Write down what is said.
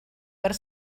per